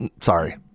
sorry